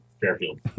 Fairfield